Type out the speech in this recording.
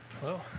Hello